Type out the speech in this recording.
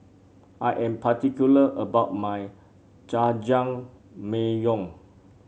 I am particular about my Jajangmyeon